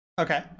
Okay